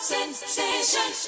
Sensation